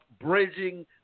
bridging